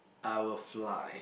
I will fly